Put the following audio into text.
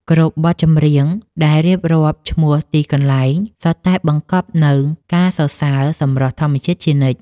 គ្រប់បទចម្រៀងដែលរៀបរាប់ឈ្មោះទីកន្លែង សុទ្ធតែបង្កប់នូវការសរសើរសម្រស់ធម្មជាតិជានិច្ច។